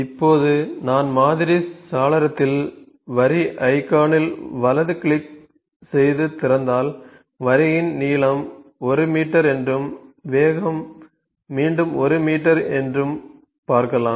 இப்போது நான் மாதிரி சாளரத்தில் வரி ஐகானில் வலது கிளிக் செய்து திறந்தால் வரியின் நீளம் 1 மீட்டர் என்றும் வேகம் மீண்டும் 1 மீட்டர் என்றும் பார்க்கலாம்